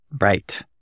Right